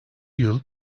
yıl